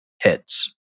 hits